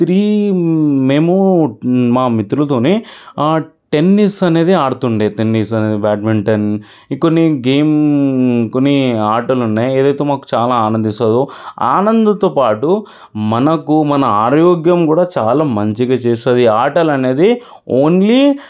three మేము మా మిత్రులతోనే ఆ టెన్నిస్ అనేది ఆడుతుండే టెన్నిస్ అనేది బ్యాట్మింటన్ కొన్ని గేం కొన్ని ఆటలు ఉన్నాయి ఏదైతే మాకు చాలా ఆనందిస్తుందో ఆనందంతో పాటు మనకు మన ఆరోగ్యం కూడా చాలా మంచిగా చేస్తుంది ఆటలు అనేది ఓన్లీ